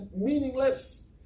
meaningless